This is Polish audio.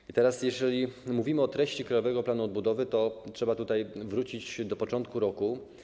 I teraz jeżeli mówimy o treści Krajowego Planu Odbudowy, to trzeba tutaj wrócić do początku roku.